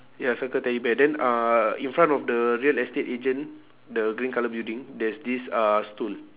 ya circle teddy bear then uh in front of the real estate agent the green colour building there's this uh stool